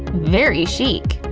very chic.